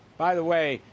by the way,